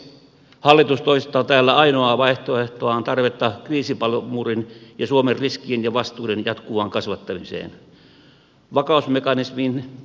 hallitus toistaa täällä ainoaa vaihtoehtoaan tarvetta kriisipalomuurin ja suomen riskien ja vastuiden jatkuvaan kasvattamiseen